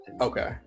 Okay